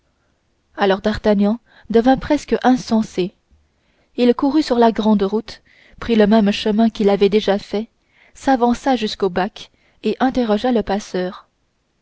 alors d'artagnan devint presque insensé il courut sur la grande route prit le même chemin qu'il avait déjà fait s'avança jusqu'au bac et interrogea le passeur